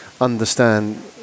understand